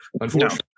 Unfortunately